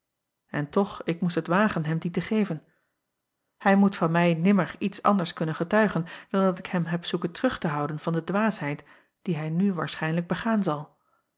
en toch ik moest het wagen hem dien te geven ij moet van mij nimmer iets anders kunnen getuigen dan dat ik hem heb zoeken terug te houden van de dwaasheid die hij nu waarschijnlijk begaan zal